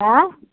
आँइ